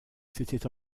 c’était